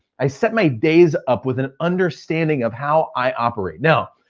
i set my days up with an understanding of how i operate. now,